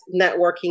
networking